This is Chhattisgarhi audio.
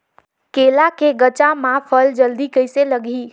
केला के गचा मां फल जल्दी कइसे लगही?